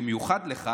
במיוחד לך,